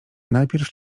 najpierw